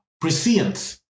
prescience